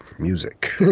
music.